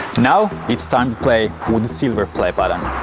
now it's time to play with the silver play button!